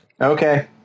Okay